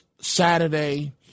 Saturday